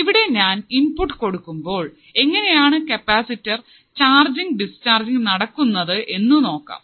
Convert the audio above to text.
ഇവിടെ ഞാൻ ഇൻപുട്ട് കൊടുക്കുമ്പോൾ എങ്ങനെയാണ് കപ്പാസിറ്റർ ചാർജിങ് ഡിസ്ചാർജിങ് നടക്കുന്നത് എന്നു നോക്കാം